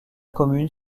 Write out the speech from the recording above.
commune